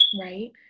right